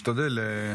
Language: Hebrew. ואטורי --- משתדל,